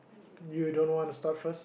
you don't want to start first